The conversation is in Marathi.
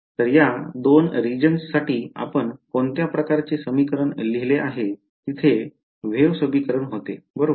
तर या 2 रीजन्स साठी आपण कोणत्या प्रकारचे समीकरण लिहिले आहे तेथे वेव्ह समीकरण होते बरोबर